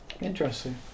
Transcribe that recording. Interesting